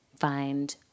find